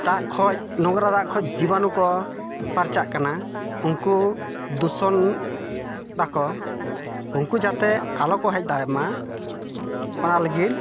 ᱫᱟᱜ ᱠᱷᱚᱡ ᱱᱚᱝᱜᱨᱟ ᱫᱟᱜ ᱠᱷᱚᱡ ᱡᱤᱵᱟᱱᱩ ᱠᱚ ᱯᱟᱨᱪᱟᱜ ᱠᱟᱱᱟ ᱩᱱᱠᱩ ᱫᱩᱥᱚᱱ ᱮᱫᱟᱠᱚ ᱩᱱᱠᱩ ᱡᱟᱛᱮ ᱟᱞᱚ ᱠᱚ ᱦᱮᱡ ᱫᱟᱲᱮᱜ ᱢᱟ ᱚᱱᱟ ᱞᱟᱹᱜᱤᱫ